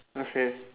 okay